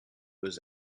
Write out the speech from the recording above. was